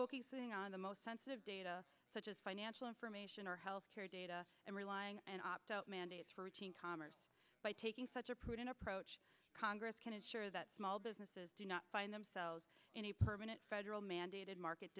focusing on the most sensitive data such as financial information or health care data and relying and opt out mandates for commerce by taking such a prudent approach congress can ensure that small businesses do not find themselves in a permanent federal mandated market